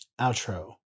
Outro